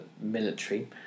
military